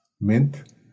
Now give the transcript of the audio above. mint